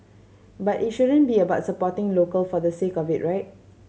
but it shouldn't be about supporting local for the sake of it right